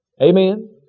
Amen